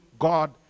God